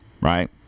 right